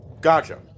Gotcha